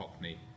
Hockney